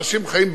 אנשים חיים ביחד,